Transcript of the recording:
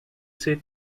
said